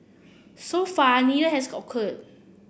so far neither has occurred